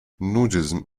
nudism